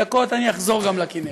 אני אחזור גם לכינרת.